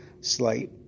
slight